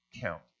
count